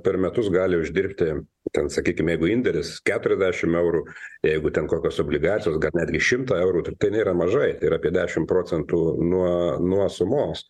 per metus gali uždirbti ten sakykime jeigu indėris keturiasdešimt eurų jeigu ten kokios obligacijos netgi šimtą eurų tai nėra mažai ir apie dešimt procentų nuo nuo sumos